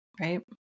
right